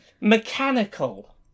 mechanical